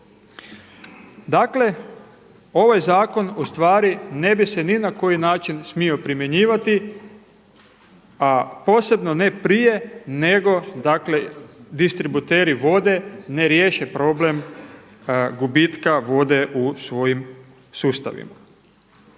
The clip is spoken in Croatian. Dakle, ovaj zakon ustvari ne bi se ni na koji način smio primjenjivati a posebno ne prije nego dakle distributeri vode ne riješen problem gubitka vode u svojim sustavima.